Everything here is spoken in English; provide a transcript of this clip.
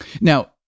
Now